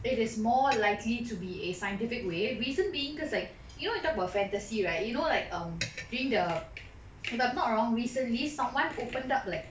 it is more likely to be a scientific way reason being because like you know you talk about fantasy right you know like um during the if I'm not wrong recently someone opened up like